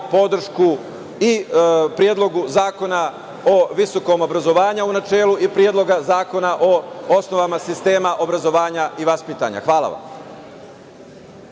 podršku i Predlogu zakona o visokom obrazovanju u načelu i Predlogu zakona o osnovama sistema obrazovanja i vaspitanja. Hvala vam.